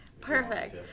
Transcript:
Perfect